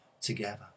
together